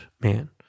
man